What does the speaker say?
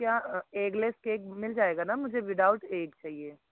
क्या eggless cake मिल जाएगा ना मुझे विदाउट एग चाहिए